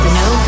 no